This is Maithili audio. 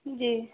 जी